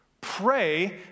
Pray